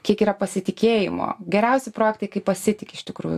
kiek yra pasitikėjimo geriausi projektai kai pasitiki iš tikrųjų